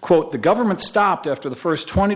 quote the government stopped after the first twenty